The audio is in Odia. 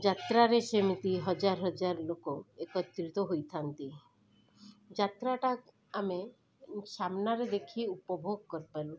ଯାତ୍ରାରେ ସେମିତି ହଜାର ହଜାର ଲୋକ ଏକତ୍ରିତ ହୋଇଥାନ୍ତି ଯାତ୍ରାଟା ଆମେ ସାମ୍ନାରେ ଦେଖି ଉପଭୋଗ କରିପାରୁ